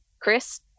Chris